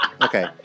Okay